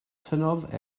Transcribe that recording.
tynnodd